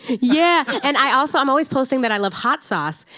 yeah. and i also, i'm always posting that i love hot sauce.